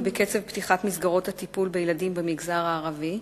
בקצב פתיחת מסגרות הטיפול בילדים במגזר הערבי.